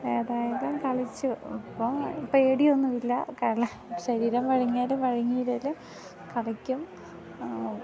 ഏതായാലും കളിച്ചു ഇപ്പോൾ പേടിയൊന്നും ഇല്ല ശരീരം വഴങ്ങിയാലും വഴങ്ങിങ്ങിയില്ലെങ്കിലും കളിക്കും